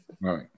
Right